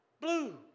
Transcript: Blue